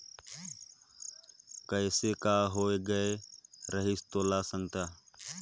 कइसे का होए गये रहिस तोला संगता